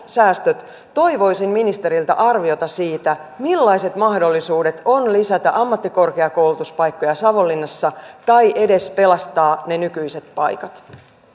säästöt toivoisin ministeriltä arviota siitä millaiset mahdollisuudet on lisätä ammattikorkeakoulutuspaikkoja savonlinnassa tai edes pelastaa ne nykyiset paikat